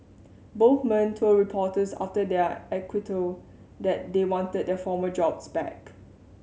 both men told reporters after their acquittal that they wanted their former jobs back